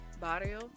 Barrio